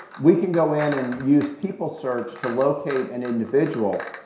we can go in and use people search to locate an individual.